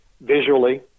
visually